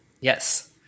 Yes